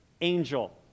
angel